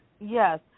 Yes